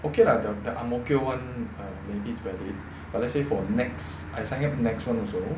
okay lah the the ang mo kio [one] uh maybe it's valid but let's say for nex I sign up nex [one] also